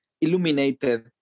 illuminated